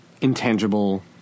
intangible